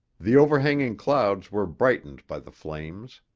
the overhanging clouds were brightened by the flames.